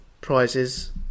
prizes